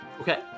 Okay